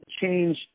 change